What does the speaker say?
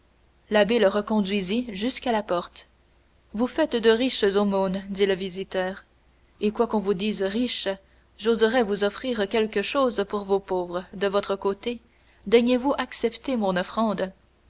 l'abbé le reconduisit jusqu'à la porte vous faites de riches aumônes dit le visiteur et quoiqu'on vous dise riche j'oserai vous offrir quelque chose pour vos pauvres de votre côté daignerez vous accepter mon offrande